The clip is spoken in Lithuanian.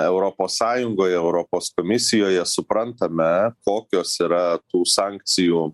europos sąjungoj europos komisijoje suprantame kokios yra tų sankcijų